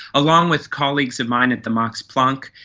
along with colleagues of mine at the max planck,